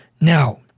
Now